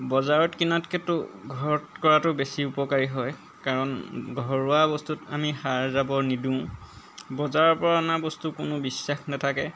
বজাৰত কিনাতকৈতো ঘৰত কৰাতো বেছি উপকাৰী হয় কাৰণ ঘৰুৱা বস্তুত আমি সাৰ জাবৰ নিদিওঁ বজাৰৰ পৰা অনা বস্তু কোনো বিশ্বাস নাথাকে